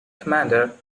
commander